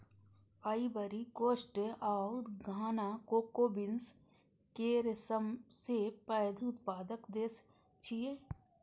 Ivory Coast आ Ghana cocoa beans केर सबसं पैघ उत्पादक देश छियै